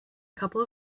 couple